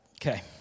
Okay